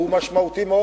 והוא היה משמעותי מאוד,